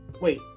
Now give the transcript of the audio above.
Wait